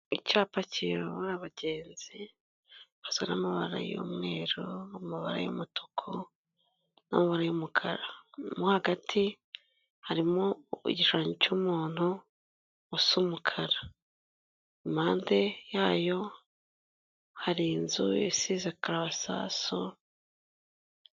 Icyapa kiyobora abagenzi, hasi hari amabara y'umweru, amabara y'umutuku, n'amabara y'umukara, mo hagati harimo igishushanyo cy'umuntu usa umukara, impande yayo hari inzu isize karabasasu.